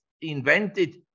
invented